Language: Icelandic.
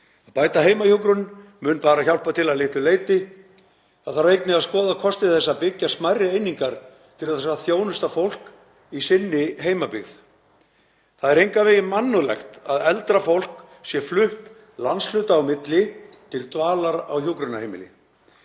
að bæta heimahjúkrun mun bara hjálpa til að litlu leyti. Það þarf einnig að skoða kosti þess að byggja smærri einingar til að þjónusta fólk í sinni heimabyggð. Það er engan veginn mannúðlegt að eldra fólk sé flutt landshluta á milli til dvalar á hjúkrunarheimili.